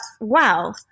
wow